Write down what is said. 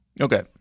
Okay